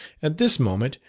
at this moment,